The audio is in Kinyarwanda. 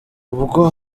ubwo